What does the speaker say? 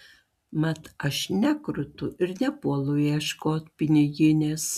mat aš nekrutu ir nepuolu ieškot piniginės